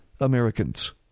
Americans